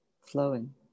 flowing